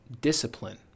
discipline